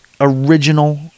original